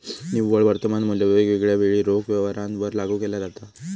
निव्वळ वर्तमान मुल्य वेगवेगळ्या वेळी रोख व्यवहारांवर लागू केला जाता